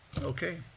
Okay